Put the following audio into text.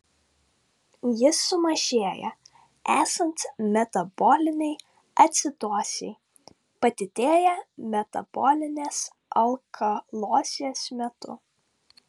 jis sumažėja esant metabolinei acidozei padidėja metabolinės alkalozės metu